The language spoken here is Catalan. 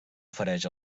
ofereix